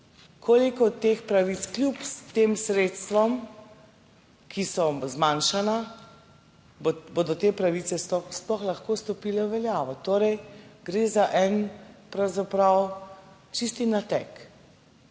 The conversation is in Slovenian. koliko teh pravic kljub tem sredstvom ki so zmanjšana, bodo te pravice sploh lahko stopile v veljavo. Torej, gre za en pravzaprav čisti nateg.